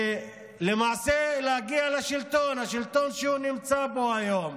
ולמעשה להגיע לשלטון, השלטון שהוא נמצא בו היום.